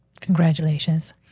congratulations